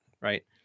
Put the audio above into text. right